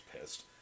pissed